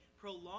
prolong